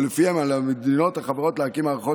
ולפיהן על המדינות החברות להקים מערכות